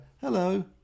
hello